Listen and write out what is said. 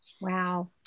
Wow